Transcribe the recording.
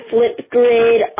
Flipgrid